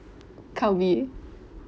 Calbee